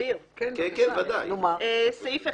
סעיף 1,